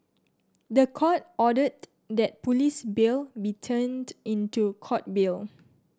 the Court ordered that police bail be turned into Court bail